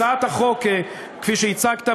הצעת החוק כפי שהצגת,